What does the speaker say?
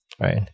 right